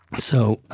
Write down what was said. so,